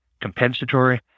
compensatory